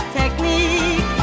technique